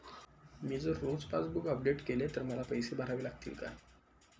मी जर रोज passbook update केले तर मला पैसे भरावे लागतील का?